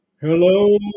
Hello